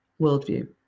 worldview